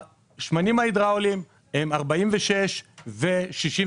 השמנים ההידראוליים הם 46 ו-68,